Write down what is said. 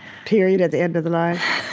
period at the end of the line.